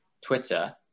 Twitter